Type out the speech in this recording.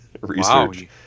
research